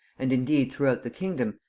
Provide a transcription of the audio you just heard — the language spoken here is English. and, indeed, throughout the kingdom,